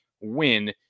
win